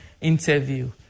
interview